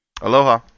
Aloha